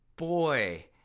Boy